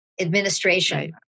administration